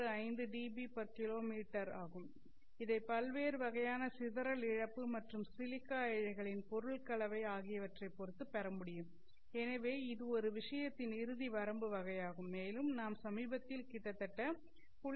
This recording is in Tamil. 15 டிபிகிமீ dBKm ஆகும் இதை பல்வேறு வகையான சிதறல் இழப்பு மற்றும் சிலிக்கா இழைகளின் பொருள் கலவை ஆகியவற்றைப் பொறுத்து பெற முடியும் எனவே இது ஒரு விஷயத்தின் இறுதி வரம்பு வகையாகும் மேலும் நாம் சமீபத்தில் கிட்டத்தட்ட 0